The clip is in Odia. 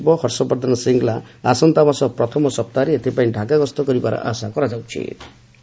ବୈଦେଶିକ ସଚିବ ହର୍ଷବର୍ଦ୍ଧନ ଶ୍ରୀଙ୍ଗଲା ଆସନ୍ତା ମାସ ପ୍ରଥମ ସପ୍ତାହରେ ଏଥିପାଇଁ ଢ଼ାକା ଗସ୍ତ କରିବାର ଆଶା କରାଯାଉଛି